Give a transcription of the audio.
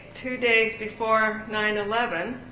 two days before nine eleven,